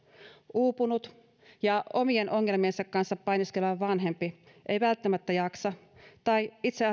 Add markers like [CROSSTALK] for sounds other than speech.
uupunut ja omien ongelmiensa kanssa painiskeleva vanhempi ei välttämättä jaksa tai itse [UNINTELLIGIBLE]